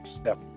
step